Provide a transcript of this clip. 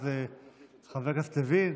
אז חבר הכנסת לוין,